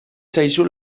zaizu